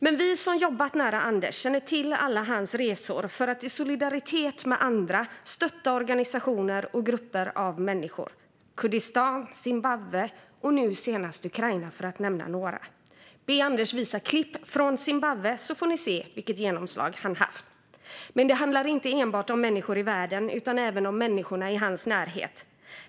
Men vi som jobbat nära Anders känner till alla hans resor för att i solidaritet med andra stötta organisationer och grupper av människor i Kurdistan, Zimbabwe och nu senast Ukraina, för att nämna några. Om ni ber Anders att visa klipp från Zimbabwe får ni se vilket genomslag han haft. Men det handlar inte enbart om människor i världen utan även om människorna i hans närhet.